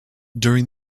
during